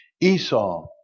Esau